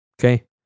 Okay